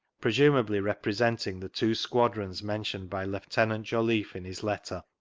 presumably representing the two squadrons menr tioned by lieutenant jouiffe in his letter